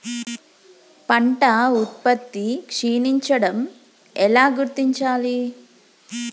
పంట ఉత్పత్తి క్షీణించడం ఎలా గుర్తించాలి?